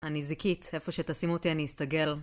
אני זיקית, איפה שתשימו אותי אני אסתגל